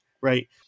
right